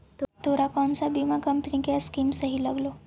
तोरा कौन सा बीमा कंपनी की स्कीम सही लागलो